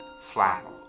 flannel